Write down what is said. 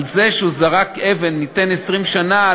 על זה שהוא זרק אבן ניתן 20 שנה?